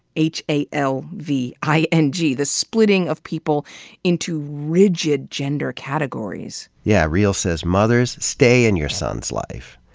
h a l v i n g, the splitting of people into rigid gender categories. yeah real says, mothers, stay in your son's life.